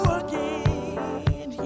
again